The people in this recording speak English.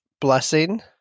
blessing